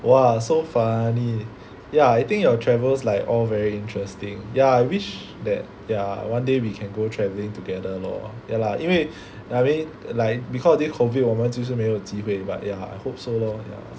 !wah! so funny ya I think your travels like all very interesting ya I wish that ya one day we can go travelling together lor ya lah 因为 I mean like because of this COVID 我们只是没有机会 but ya I hope so lor